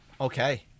Okay